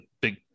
big